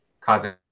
causing